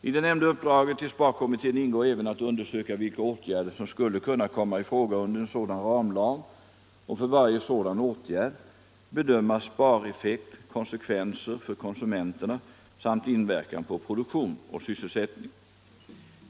I det nämnda uppdraget till sparkommittén ingår även att undersöka vilka åtgärder som skulle kunna komma i fråga under en sådan ramlag och för varje sådan åtgärd bedöma spareffekt, konsekvenser för konsumenterna samt inverkan på produktion och sysselsättning.